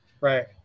Right